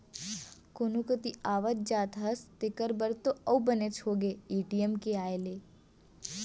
कोनो कोती आवत जात हस तेकर बर तो अउ बनेच होगे ए.टी.एम के आए ले